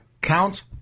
Count